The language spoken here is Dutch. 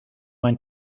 mijn